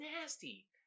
nasty